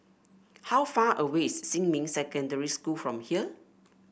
how far away is Xinmin Secondary School from here